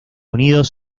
unidos